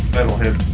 Metalhead